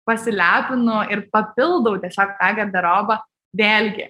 pasilepinu ir papildau tiesiog tą garderobą vėlgi